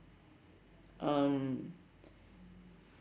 um